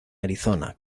arizona